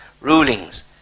rulings